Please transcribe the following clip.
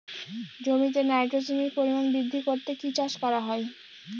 জমিতে নাইট্রোজেনের পরিমাণ বৃদ্ধি করতে কি চাষ করা হয়?